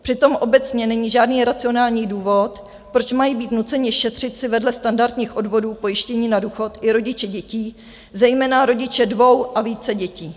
Přitom obecně není žádný racionální důvod, proč mají být nuceni šetřit si vedle standardních odvodů pojištění na důchod i rodiče dětí, zejména rodiče dvou a více dětí.